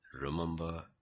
Remember